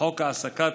לחוק העסקת